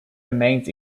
remains